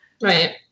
Right